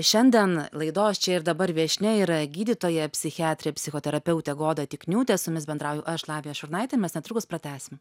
šiandien laidos čia ir dabar viešnia yra gydytoja psichiatrė psichoterapeutė goda tikniūtė su jumis bendrauju aš lavija šurnaitė mes netrukus pratęsim